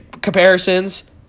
comparisons